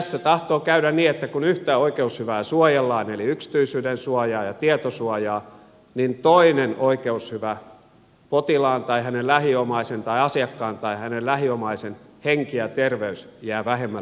tässä tahtoo käydä niin että kun yhtä oikeushyvää suojellaan eli yksityisyydensuojaa ja tietosuojaa niin toinen oikeushyvä potilaan tai hänen lähiomaisensa tai asiakkaan tai hänen lähi omaisensa henki ja terveys jää vähemmälle suojalle